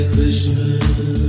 Krishna